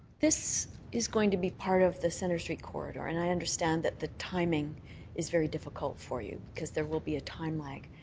this is going to be part of the centre street corridor, and i understand the timing is very difficult for you because there will be a time lag.